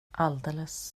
alldeles